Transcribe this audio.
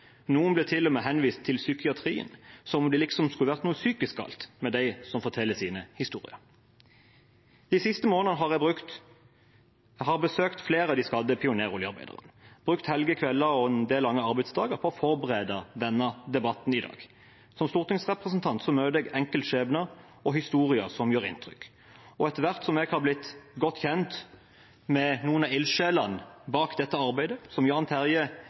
Noen blir til og med henvist til psykiatrien, som om det liksom skulle vært noe psykisk galt med dem som forteller sine historier. De siste månedene har jeg besøkt flere av de skadde pioneroljearbeiderne, brukt helger, kvelder og en del lange arbeidsdager på å forberede denne debatten i dag. Som stortingsrepresentant møter jeg enkeltskjebner og historier som gjør inntrykk, og etter hvert som jeg har blitt godt kjent med noen av ildsjelene bak dette arbeidet, som Jan Terje